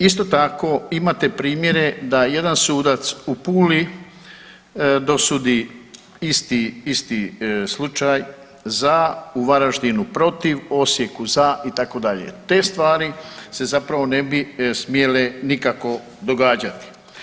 Isto tako, imate primjere da jedan sudac u Puli dosudi isti, isti slučaj za, u Varaždinu protiv, Osijeku za itd., te stvari se zapravo ne bi smjele nikako događati.